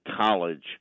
college